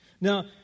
Now